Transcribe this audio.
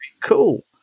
cool